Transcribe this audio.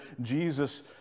Jesus